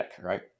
right